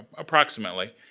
approximately.